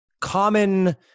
common